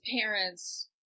parents